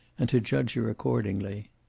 and to judge her accordingly.